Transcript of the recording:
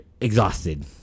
exhausted